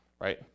right